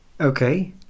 Okay